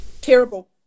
Terrible